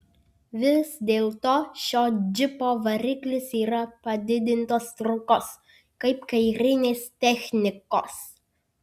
vis dėlto šio džipo variklis yra padidintos traukos kaip karinės technikos